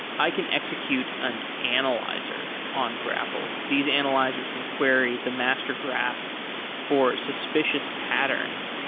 i can execute an analyzer on grapl. these analyzers can query the master graph for suspicious patterns.